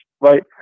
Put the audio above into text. right